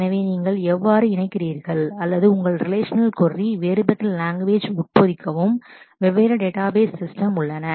எனவே நீங்கள் எவ்வாறு இணைக்கிறீர்கள் அல்லது உங்கள் ரிலேஷனல் கொரி வேறுபட்ட லாங்குவேஜ் உட்பொதிக்கவும் வெவ்வேறு டேட்டாபேஸ் சிஸ்டம் database systems உள்ளன